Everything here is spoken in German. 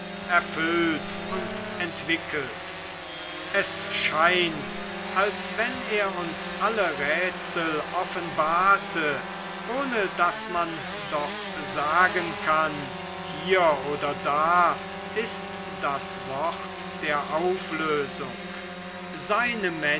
erfüllt und entwickelt es scheint als wenn er uns alle rätsel offenbarte ohne daß man doch sagen kann hier oder da ist das wort der auflösung seine